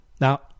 Now